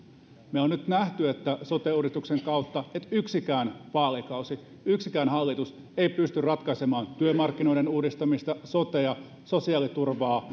me olemme nyt nähneet sote uudistuksen kautta että yksikään vaalikausi yksikään hallitus ei pysty ratkaisemaan työmarkkinoiden uudistamista sotea sosiaaliturvaa